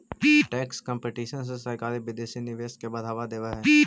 tax competition से सरकारी विदेशी निवेश के बढ़ावा देवऽ हई